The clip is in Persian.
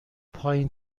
پایین